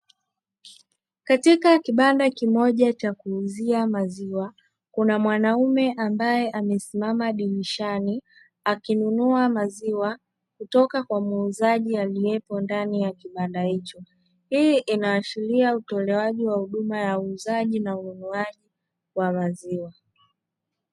Katika kibanda kimoja cha kuuzia maziwa kuna mwananume ambae amesimama dirishani, akinunua maziwa kutoka kwa muuzaji aliepo ndani ya kibanda hiko, hii inaashiria utoaji wa huduma ya ununuaji na uuzaji wa maziwa.